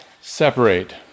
Separate